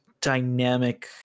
dynamic